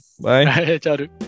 Bye